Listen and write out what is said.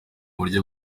buryo